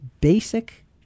basic